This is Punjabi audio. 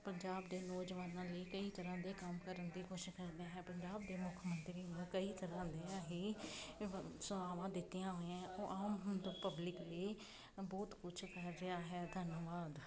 ਪੰਜਾਬ ਦੇ ਨੌਜਵਾਨਾਂ ਲਈ ਕਈ ਤਰ੍ਹਾਂ ਦੇ ਕੰਮ ਕਰਨ ਦੀ ਕੋਸ਼ਿਸ਼ ਕਰਦਾ ਹੈ ਪੰਜਾਬ ਦੇ ਮੁੱਖ ਮੰਤਰੀ ਨੂੰ ਕਈ ਤਰ੍ਹਾਂ ਦੀਆਂ ਹੀ ਸੇ ਸੇਵਾਵਾਂ ਦਿੱਤੀਆਂ ਹੋਈਆ ਉਹ ਆਮ ਪਬਲਿਕ ਲਈ ਬਹੁਤ ਕੁਛ ਕਰ ਰਿਹਾ ਹੈ ਧੰਨਵਾਦ